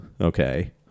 okay